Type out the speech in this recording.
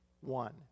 one